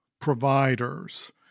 providers